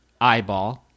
eyeball